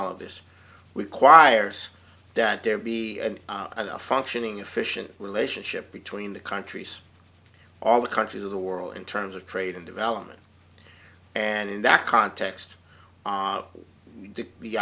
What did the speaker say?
all of this requires that there be a functioning efficient relationship between the countries all the countries of the world in terms of trade and development and in that context did the